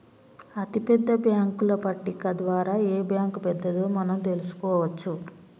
అతిపెద్ద బ్యేంకుల పట్టిక ద్వారా ఏ బ్యాంక్ పెద్దదో మనం తెలుసుకోవచ్చు